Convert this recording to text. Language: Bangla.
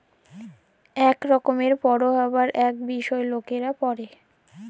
ইক রকমের পড়্হাবার ইক বিষয় লকরা পড়হে